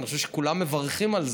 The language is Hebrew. אני חושב שכולם מברכים על זה,